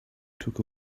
took